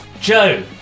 Joe